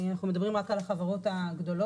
אנחנו מדברים רק על החברות הגדולות.